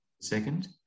second